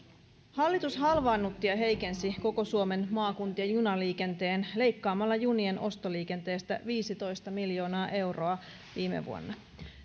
hallitus halvaannutti ja heikensi koko suomen maakuntien junaliikenteen leikkaamalla junien ostoliikenteestä viisitoista miljoonaa euroa viime vuonna